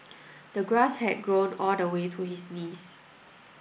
the grass had grown all the way to his knees